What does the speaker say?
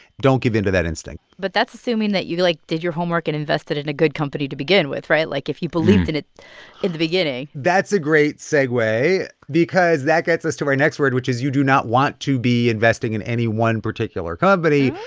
don't give into that instinct but that's assuming that you, like, did your homework and invested in a good company to begin with right? like, if you believed in it in the beginning that's a great segue because that gets us to our next word, which is you do not want to be investing in any one particular company.